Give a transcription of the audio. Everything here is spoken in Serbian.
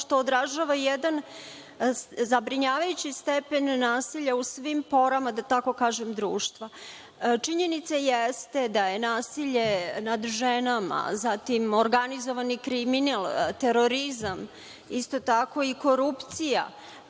što odražava jedan zabrinjavajući stepen nasilja u svim porama, da tako kažem, društva. Činjenica jeste da je nasilje nad ženama, zatim organizovani kriminal, terorizam, isto tako i korupcija,